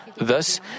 Thus